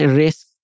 risk